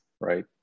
right